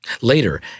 Later